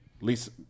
Lisa